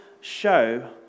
show